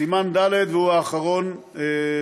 סימן ד', והוא האחרון בסדרה,